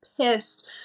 pissed